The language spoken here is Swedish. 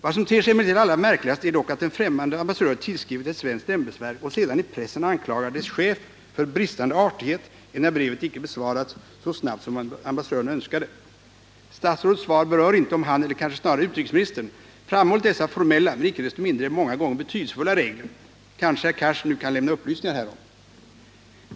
Vad som emellertid ter sig allra märkligast är att en främmande ambassadör tillskrivit ett svenskt ämbetsverk och sedan i pressen anklagar dess chef för bristande artighet enär brevet icke besvarats så snabbt som ambassadören önskade. Statsrådets svar berör inte om han eller kanske snarare utrikesministern framhållit dessa formella men icke desto mindre många gånger betydelsefulla regler. Kanske herr Cars nu kan lämna upplysningar härom.